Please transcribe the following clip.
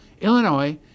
Illinois